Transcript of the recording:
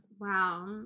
Wow